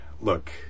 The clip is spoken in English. Look